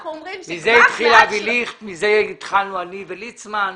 מזה התחיל אבי ליכט, מזה התחלנו אני וליצמן,